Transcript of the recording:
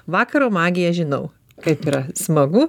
vakaro magiją žinau kaip yra smagu